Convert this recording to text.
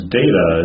data